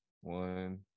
one